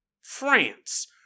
France